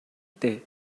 дээ